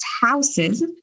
houses